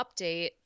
update